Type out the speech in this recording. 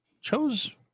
chose